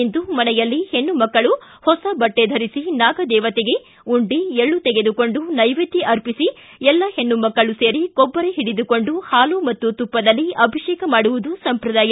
ಇಂದು ಮನೆಯಲ್ಲಿ ಹೆಣ್ಣುಮಕ್ಕಳು ಹೊಸ ಬಟ್ಟೆ ಧರಿಸಿ ನಾಗದೇವತೆಗೆ ಉಂಡಿ ಎಳ್ಳು ತೆಗೆದುಕೊಂಡು ನೈವೇದ್ಯ ಅರ್ಪಿಸಿ ಎಲ್ಲ ಹೆಣ್ಣುಮಕ್ಕಳು ಸೇರಿ ಕೊಬ್ಬರಿ ಹಿಡಿದುಕೊಂಡು ಹಾಲು ಹಾಗೂ ತುಪ್ಪದಲ್ಲಿ ಅಭಿಷೇಕ ಮಾಡುವುದು ಸಂಪ್ರದಾಯ